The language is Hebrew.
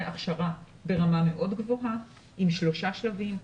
הכשרה ברמה מאוד גבוהה עם שלושה שלבים.